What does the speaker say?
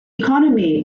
economy